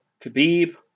Khabib